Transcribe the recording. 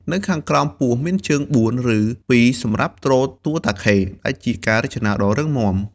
នៅខាងក្រោមពោះមានជើងបួន ឬពីរសម្រាប់ទ្រតួតាខេ ដែលជាការរចនាដ៏រឹងមាំ។